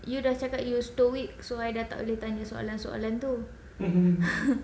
you dah cakap you stoic so I dah tak boleh tanya soalan-soalan tu